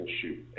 shoot